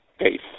faith